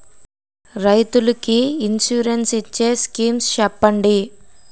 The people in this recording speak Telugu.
రైతులు కి ఇన్సురెన్స్ ఇచ్చే స్కీమ్స్ చెప్పండి?